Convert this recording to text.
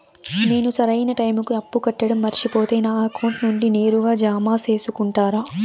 నేను సరైన టైముకి అప్పు కట్టడం మర్చిపోతే నా అకౌంట్ నుండి నేరుగా జామ సేసుకుంటారా?